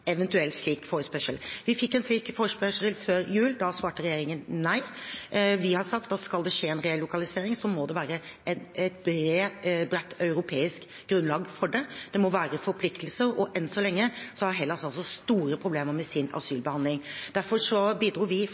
eventuell slik forespørsel. Vi fikk en slik forespørsel før jul. Da svarte regjeringen nei. Vi har sagt at skal det skje en relokalisering, må det være et bredt europeisk grunnlag for det. Det må være forpliktelser. Enn så lenge har Hellas store problemer med sin asylbehandling. Derfor bidro vi